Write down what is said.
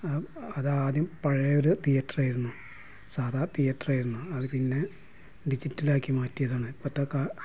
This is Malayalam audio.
അത് ആദ്യം പഴയൊരു തിയേറ്റർ ആയിരുന്നു സാധാ തിയേറ്റർ ആയിരുന്നു അതുപിന്നെ ഡിജിറ്റൽ ആക്കി മാറ്റിയതാണ് ഇപ്പോഴത്തേതൊക്കെ